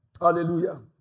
Hallelujah